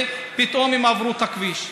ופתאום הם יעברו את הכביש.